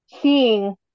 seeing